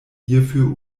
hierfür